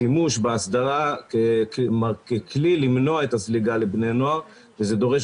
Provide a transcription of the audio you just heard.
השימוש בהסדרה ככלי למנוע את הזליגה לבני נוער וזה דורש